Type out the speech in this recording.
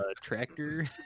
tractor